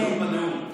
חדשנות בנאום.